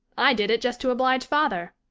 i did it just to oblige father.